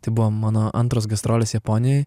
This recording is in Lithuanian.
tai buvo mano antros gastrolės japonijoj